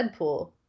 Deadpool